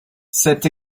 c’est